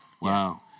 Wow